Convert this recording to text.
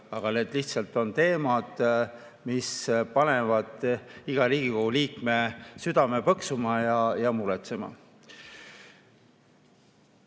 need lihtsalt on teemad, mis panevad iga Riigikogu liikme südame põksuma ja muretsema. Riina